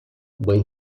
buen